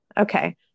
Okay